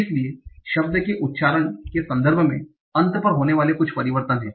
इसलिए शब्द के उच्चारण के संदर्भ में अंत पर होने वाले कुछ परिवर्तन हैं